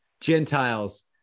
Gentiles